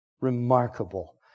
remarkable